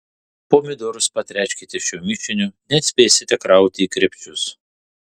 pomidorus patręškite šiuo mišiniu nespėsite krauti į krepšius